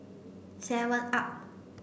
seven up